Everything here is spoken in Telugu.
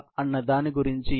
అప్పుడు సిస్టమ్స్ సూత్రం ఉంది